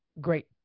great